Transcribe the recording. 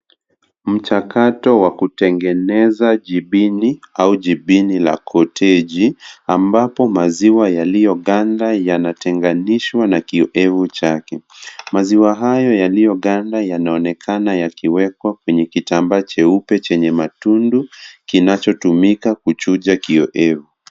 Mchakato wa kutengeneza jibini au jibini la koteji, ambapo maziwa yaliyoganda yanatenganishwa na maziwa kiowevu. Haya yaliyoganda yanaonekana yakiwekwa kwenye kitambaa cheupe chenye matundu, kinachotumika kuchuja kiowevu.